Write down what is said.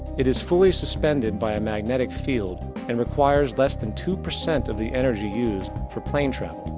it is fully suspended by a magnetic field and requires less then two percent of the energy used for plane travel.